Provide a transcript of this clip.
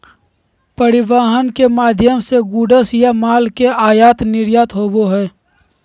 परिवहन के माध्यम से गुड्स या माल के आयात निर्यात होबो हय